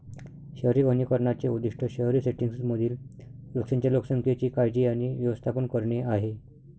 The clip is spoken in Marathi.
शहरी वनीकरणाचे उद्दीष्ट शहरी सेटिंग्जमधील वृक्षांच्या लोकसंख्येची काळजी आणि व्यवस्थापन करणे आहे